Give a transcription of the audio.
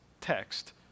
text